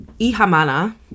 ihamana